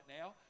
now